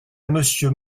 monsieur